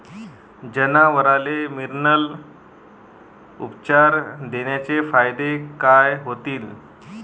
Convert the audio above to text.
जनावराले मिनरल उपचार देण्याचे फायदे काय होतीन?